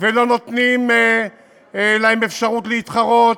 ולא נותנים להם אפשרות להתחרות.